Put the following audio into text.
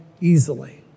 easily